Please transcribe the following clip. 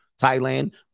Thailand